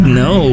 no